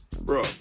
bro